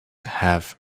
have